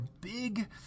big